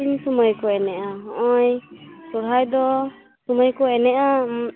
ᱛᱤᱱ ᱥᱚᱢᱚᱭ ᱠᱚ ᱮᱱᱮᱡᱼᱟ ᱦᱚᱜᱼᱚᱭ ᱥᱚᱨᱦᱟᱭ ᱫᱚ ᱥᱚᱢᱚᱭ ᱠᱚ ᱮᱱᱮᱡᱼᱟ